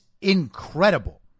incredible